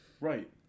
Right